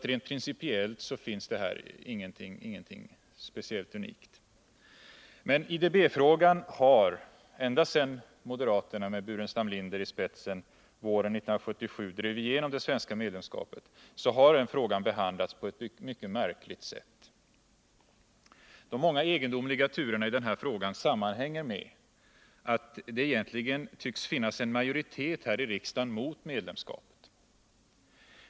Rent principiellt finns här ingenting unikt. Men IDB-frågan har — ända sedan moderaterna med herr Burenstam Linder i spetsen våren 1977 drev igenom det svenska medlemskapet — behandlats på ett mycket märkligt sätt. De många egendomliga turerna i denna fråga sammanhänger med att det egentligen tycks finnas en majoritet här i riksdagen mot medlemskapet.